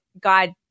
God